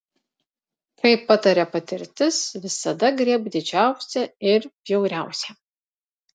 kaip pataria patirtis visada griebk didžiausią ir bjauriausią